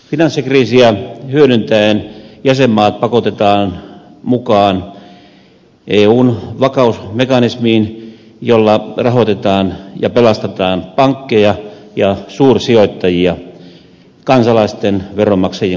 finanssikriisiä hyödyntäen jäsenmaat pakotetaan mukaan eun vakausmekanismiin jolla rahoitetaan ja pelastetaan pankkeja ja suursijoittajia kansalaisten veronmaksajien kustannuksella